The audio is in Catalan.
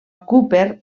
cooper